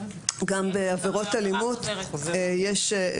גם בעבירות אלימות יש עבירה חוזרת.